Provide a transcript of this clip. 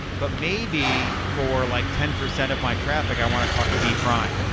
but maybe for like ten percent of my traffic i want to talk to b prime,